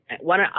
one